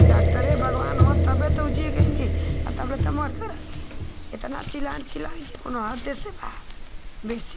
डॉक्टरे भगवान होन तबै तो ऊ जी गइली तब रता मर गइल रहती एतना चिल्लान चिल्लाएँ कि कौनो हद से बाहर है बेसी